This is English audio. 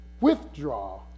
withdraw